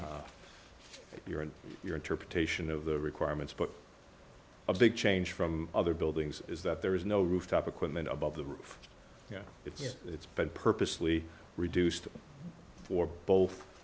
your and your interpretation of the requirements but a big change from other buildings is that there is no rooftop equipment above the roof yeah it's been purposely reduced for both